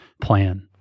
plan